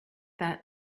that